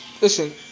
Listen